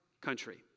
country